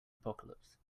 apocalypse